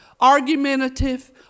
argumentative